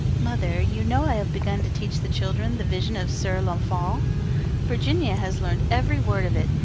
mother, you know i have begun to teach the children the vision of sir launfal virginia has learned every word of it,